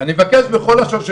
אני מבקש בכל לשון של